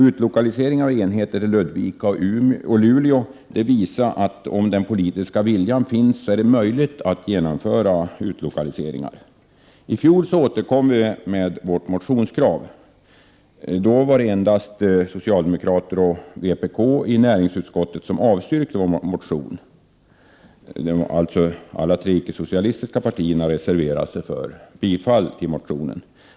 Utlokalisering av enheter till Ludvika och Luleå visade att om den politiska viljan finns, så är det möjligt att genomföra utlokaliseringar. I fjol återkom vi med vårt motionskrav. Då var det endast socialdemokraterna och vpk i näringsutskottet som avstyrkte vår motion, medan alla tre icke-socialistiska partier reserverade sig för bifall till motionen.